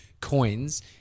coins